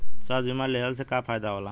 स्वास्थ्य बीमा लेहले से का फायदा होला?